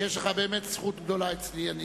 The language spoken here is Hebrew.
שיש לך באמת זכות גדולה אצלי.